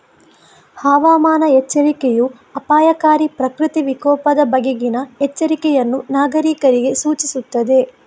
ಹವಾಮಾನ ಎಚ್ಚರಿಕೆಯೂ ಅಪಾಯಕಾರಿ ಪ್ರಕೃತಿ ವಿಕೋಪದ ಬಗೆಗಿನ ಎಚ್ಚರಿಕೆಯನ್ನು ನಾಗರೀಕರಿಗೆ ಸೂಚಿಸುತ್ತದೆ